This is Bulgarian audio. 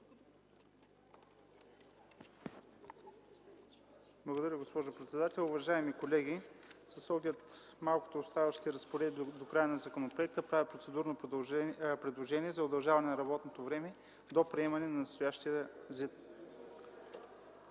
Благодаря Ви, госпожо председател. Уважаеми колеги, с оглед малкото оставащи разпоредби до края на законопроекта, правя процедурно предложение за удължаване на работното време до приемане на настоящия ЗИД.